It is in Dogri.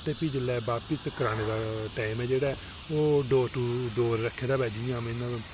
अते फ्ही वापिस कराने दा टैम ऐ जेह्ड़ा ओह् डोर टू डोर रक्खे दा होऐ जि'यां